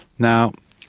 now,